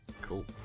Cool